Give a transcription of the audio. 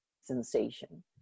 sensation